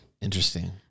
Interesting